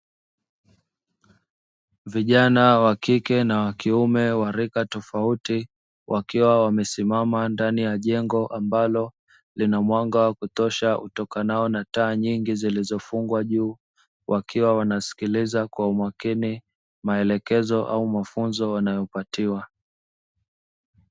Vijana wa kike na wa kiume wa rika tofauti, wakiwa wamesimama ndani ya jengo ambalo lina mwanga wa kutosha utokanao na taa nyingi zilizofungwa juu, wakiwa wanasikiliza kwa umakini maelekezo au mafunzo wanayopatiwa.